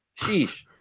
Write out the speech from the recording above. Sheesh